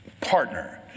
partner